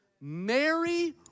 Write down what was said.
Mary